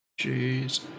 Jeez